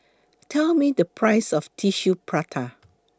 Tell Me The Price of Tissue Prata